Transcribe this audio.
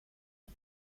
het